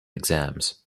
exams